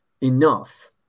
enough